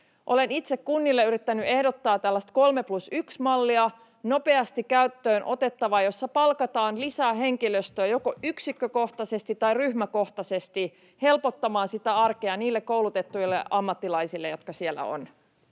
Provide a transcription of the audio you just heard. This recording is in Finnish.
Olen itse kunnille yrittänyt ehdottaa tällaista 3+1‑mallia, nopeasti käyttöön otettavaa, jossa palkataan lisää henkilöstöä joko yksikkökohtaisesti tai ryhmäkohtaisesti helpottamaan sitä arkea niille koulutetuille ammattilaisille, jotka siellä ovat.